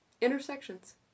intersections